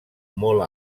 molt